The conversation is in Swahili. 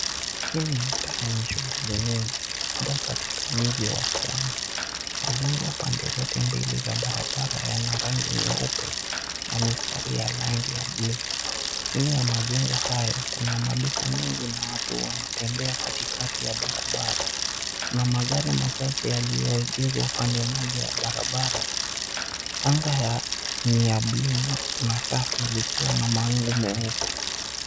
Hii ni mtaa yenye shughuli nyingi labda katika mji wa Pwani. Majengo pande zote mbili za barabara yana rangi nyeupe na mistari ya rangi ya buluu. Chini ya majengo hayo kuna maduka mengi na watu wanatembea katikati ya barabara. Kuna magari machache yaliyoegezwa upande mmoja ya barabara. Anga ni ya buluu na safi likiwa na mawingu meupe.